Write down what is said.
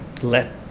let